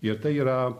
ir tai yra